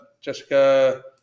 Jessica